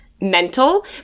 mental